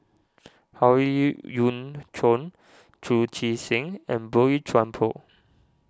Howe Yoon Chong Chu Chee Seng and Boey Chuan Poh